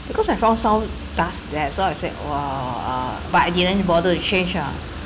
because I found some dust there so I said !wah! uh but I didn't bother to change lah